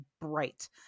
bright